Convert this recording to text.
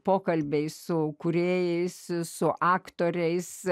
pokalbiai su kūrėjais su aktoriais